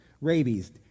rabies